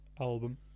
album